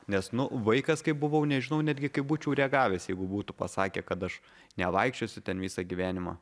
nes nu vaikas kaip buvau nežinau netgi kaip būčiau reagavęs jeigu būtų pasakę kad aš nevaikščiosiu ten visą gyvenimą